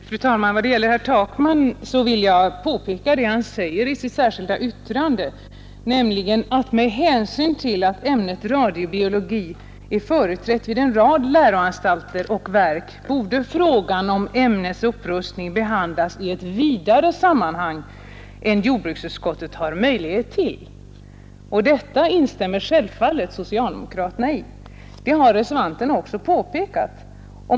Fru talman! Jag vill påpeka vad herr Takman säger i sitt särskilda yttrande: ”Med hänsyn till att ämnet radiobiologi är företrätt vid en rad läroanstalter och verk borde frågan om ämnets upprustning behandlas i ett vidare sammanhang än jordbruksutskottet har möjlighet till.” I detta instämmer självfallet socialdemokraterna — det har reservanterna också påpekat.